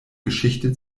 geschichte